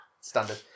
standard